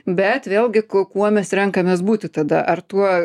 bet vėlgi kuo mes renkamės būti tada ar tuo